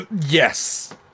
Yes